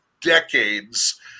decades